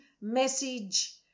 message